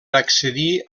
accedir